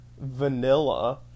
vanilla